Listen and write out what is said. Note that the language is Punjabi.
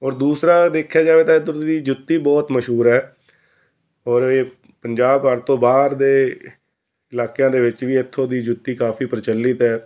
ਔਰ ਦੂਸਰਾ ਦੇਖਿਆ ਜਾਵੇ ਤਾਂ ਇੱਥੋਂ ਤੁਸੀਂ ਜੁੱਤੀ ਬਹੁਤ ਮਸ਼ਹੂਰ ਹੈ ਔਰ ਇਹ ਪੰਜਾਬ ਭਾਰਤ ਤੋਂ ਬਾਹਰ ਦੇ ਇਲਾਕਿਆਂ ਦੇ ਵਿੱਚ ਵੀ ਇੱਥੋਂ ਦੀ ਜੁੱਤੀ ਕਾਫੀ ਪ੍ਰਚਲਿਤ ਹੈ